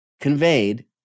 conveyed